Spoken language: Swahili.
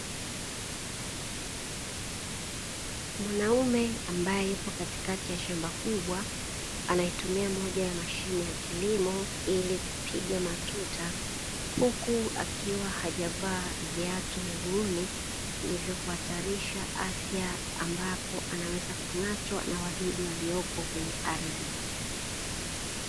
Mwanaume ambaye yupo katikati ya shamba kubwa, anayetumia moja ya mashine ya kilimo ili kupiga matuta, huku akiwa hajavaa viatu miguuni, hivyo kuhatarisha afya ambapo anaweza kung'atwa na wadudu waliopo kwenye ardhi.